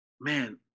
man